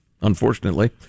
unfortunately